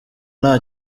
nta